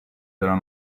della